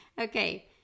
okay